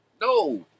No